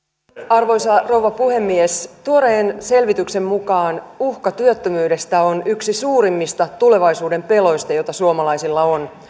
arvoisa rouva puhemies tuoreen selvityksen mukaan uhka työttömyydestä on yksi suurimmista tulevaisuuden peloista joita suomalaisilla on kun